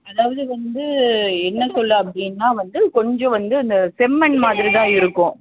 அதாவது வந்து என்ன சொல்ல அப்படின்னா வந்து கொஞ்சம் வந்து இந்த செம்மண் மாதிரிதான் இருக்கும்